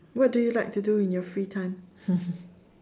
what do you like to do in your free time